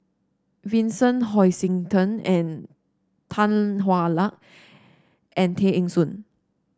Vincent Hoisington and Tan Hwa Luck and Tay Eng Soon